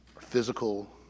physical